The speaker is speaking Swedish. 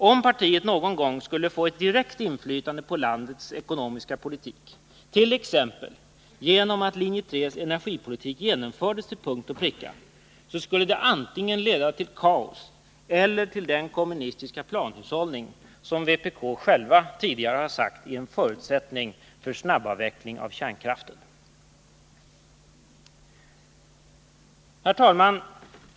Om partiet någon gång skulle få ett direkt inflytande på landets ekonomiska politik, t.ex. genom att linje 3:s energipolitik genomfördes till punkt och pricka, skulle det antingen leda till kaos eller till den kommunistiska planhushållning som vpk tidigare har sagt är en förutsättning för en snabbavveckling av kärnkraften. Herr talman!